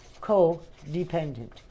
co-dependent